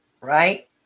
Right